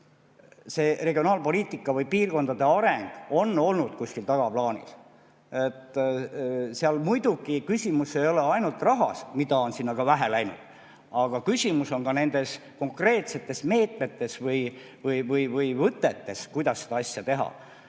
et regionaalpoliitika või piirkondade areng on olnud kuskil tagaplaanil. Seal muidugi küsimus ei ole ainult rahas, mida on sinna ka vähe läinud, vaid küsimus on ka nendes konkreetsetes meetmetes või võtetes, kuidas seda asja teha. Jah,